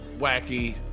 wacky